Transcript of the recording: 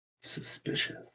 Suspicious